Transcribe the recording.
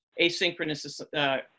asynchronous